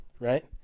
right